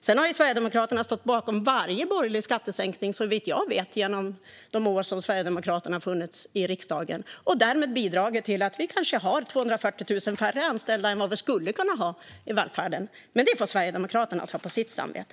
Sverigedemokraterna har, såvitt jag vet, stått bakom varje borgerlig skattesänkning under de år som man har funnits i riksdagen. Därmed har Sverigedemokraterna bidragit till att vi kanske har 240 000 färre anställda i välfärden än vad vi skulle kunna ha. Men det får Sverigedemokraterna ta på sitt samvete.